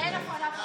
אין הפרדת רשויות.